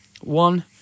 one